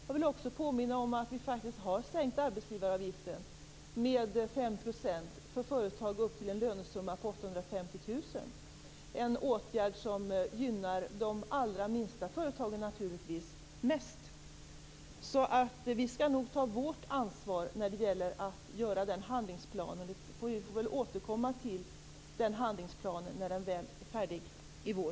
Jag vill påminna om att arbetsgivaravgiften har sänkts med 5 % för företag med en lönesumma på högst 850 000. Det är en åtgärd som naturligtvis gynnar de allra minsta företagen mest. Vi skall nog ta vårt ansvar för handlingsplanen. Vi får återkomma till handlingsplanen när den väl är färdig i vår.